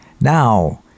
Now